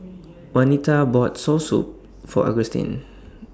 Wanita bought Soursop For Augustine